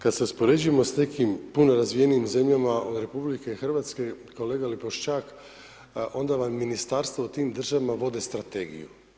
Kad se uspoređuje s nekim puno razvijenijim zemljama RH, kolega Lipošćak, onda vam ministarstvo u tim državama vode strategiju.